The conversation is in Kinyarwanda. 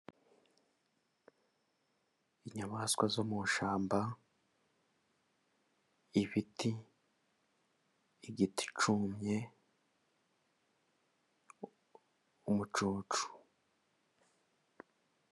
Inyamaswa zo mu ishyamba, ibiti, igiti cyumwe, umucucu.